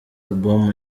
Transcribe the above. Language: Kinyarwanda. album